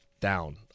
down